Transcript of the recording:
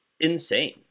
insane